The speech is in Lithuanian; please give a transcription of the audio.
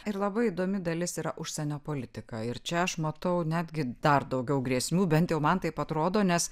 ir labai įdomi dalis yra užsienio politika ir čia aš matau netgi dar daugiau grėsmių bent jau man taip atrodo nes